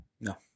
no